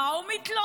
מה הוא מתלונן?